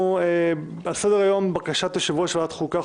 על סדר-היום: בקשת יושב-ראש ועדת החוקה,